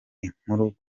inkuru